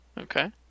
okay